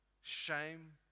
shame